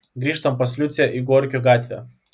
grįžtam pas liucę į gorkio gatvę